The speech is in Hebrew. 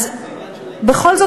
בכל זאת,